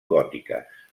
gòtiques